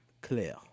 clear